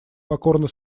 покорно